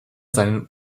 seinen